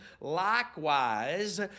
likewise